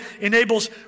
enables